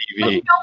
TV